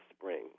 spring